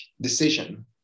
decision